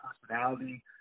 personality